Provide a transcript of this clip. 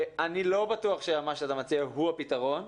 אני לא בטוח שמה שאתה מציע הוא הפתרון,